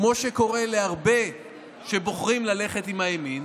כמו שקורה להרבה שבוחרים ללכת עם הימין,